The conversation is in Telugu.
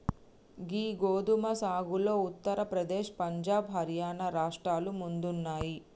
గీ గోదుమ సాగులో ఉత్తర ప్రదేశ్, పంజాబ్, హర్యానా రాష్ట్రాలు ముందున్నాయి